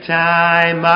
time